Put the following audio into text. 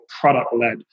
product-led